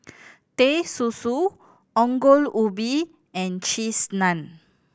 Teh Susu Ongol Ubi and Cheese Naan